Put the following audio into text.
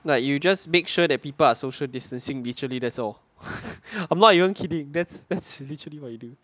like you just make sure that people are social distancing visually that's all I'm not even kidding that's that's literally what you do